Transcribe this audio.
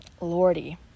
lordy